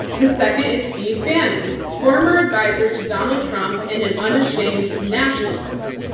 the second is steve bannon, former advisor to donald trump and an unashamed nationalist.